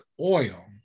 oil